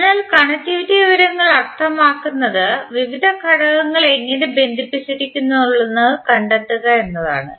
അതിനാൽ കണക്റ്റിവിറ്റി വിവരങ്ങൾ അർത്ഥമാക്കുന്നത് വിവിധ ഘടകങ്ങൾ എങ്ങനെ ബന്ധിപ്പിച്ചിരിക്കുന്നുവെന്ന് കണ്ടെത്തുക എന്നാണ്